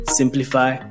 simplify